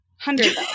Hundred